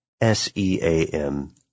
S-E-A-M